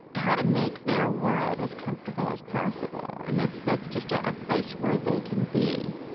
how to make their world as comfortable as possible. and that's that's just ah a place where they can be,